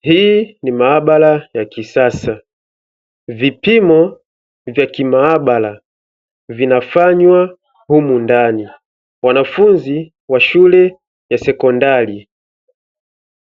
Hii ni maabara ya kisasa vipimo vya kimaabara vinafanywa humu ndani, wanafunzi wa shule ya sekondari